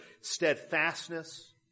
steadfastness